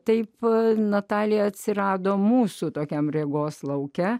taip natalija atsirado mūsų tokiam regos lauke